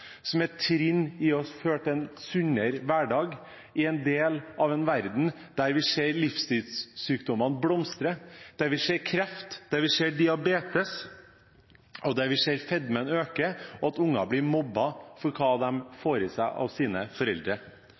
som et trinn som fører til en sunnere hverdag i en del av en verden der vi ser livsstilssykdommene blomstre, der vi ser kreft, der vi ser diabetes, der vi ser fedmen øke, og der barn blir mobbet for hva de får i seg, det de får av sine foreldre.